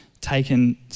taken